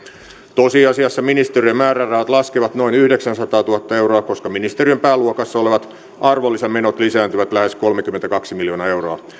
tosiasiassa ministeriön määrärahat laskevat noin yhdeksänsataatuhatta euroa koska ministeriön pääluokassa olevat arvonlisämenot lisääntyvät lähes kolmekymmentäkaksi miljoonaa euroa